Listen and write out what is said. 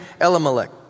Elimelech